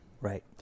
Right